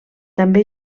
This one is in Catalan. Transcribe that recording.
també